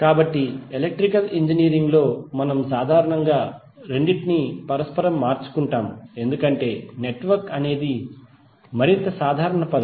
కాబట్టి electrical engineering లో మనము సాధారణంగా రెండింటినీ పరస్పరం మార్చుకుంటాము ఎందుకంటే నెట్వర్క్ అనేది మరింత సాధారణ పదం